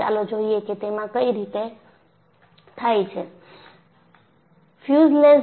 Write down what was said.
ચાલો જોઈએ કે તેમાં કઈ રીતે થાય છે